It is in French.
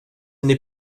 n’est